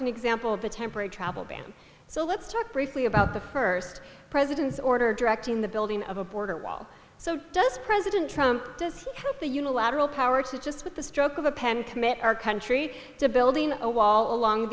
an example of a temporary travel ban so let's talk briefly about the first president's order directing the building of a border wall so does president trump to seek out the unilateral power to just with the stroke of a pen commit our country to building a wall along